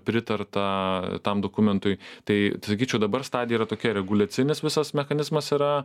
pritarta tam dokumentui tai sakyčiau dabar stadija yra tokia reguliacinis visas mechanizmas yra